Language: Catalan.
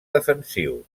defensius